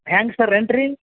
ಹ್ಯಾಂಗೆ sir rent ರೀ